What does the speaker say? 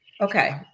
Okay